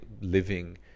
living